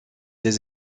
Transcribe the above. des